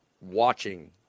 watching